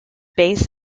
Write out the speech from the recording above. base